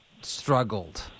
struggled